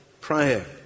prayer